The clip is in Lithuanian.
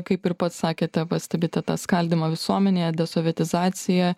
kaip ir pats sakėte pastebite tą skaldymą visuomenėje desovietizacija